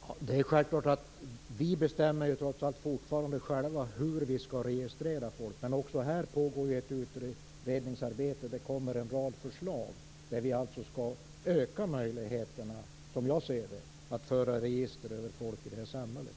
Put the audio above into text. Fru talman! Det är självklart att vi trots allt fortfarande själva bestämmer hur vi skall registrera människor, men också härvidlag pågår det ett utredningsarbete. Det kommer en rad förslag vilka, som jag ser det, ökar möjligheterna att föra register över människor i vårt samhälle.